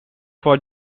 for